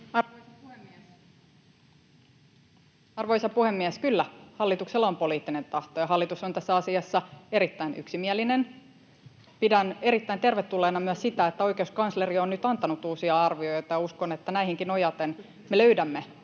Arvoisa puhemies! Kyllä, hallituksella on poliittinen tahto, ja hallitus on tässä asiassa erittäin yksimielinen. Pidän erittäin tervetulleena myös sitä, että oikeuskansleri on nyt antanut uusia arvioita, ja uskon, että näihinkin nojaten me löydämme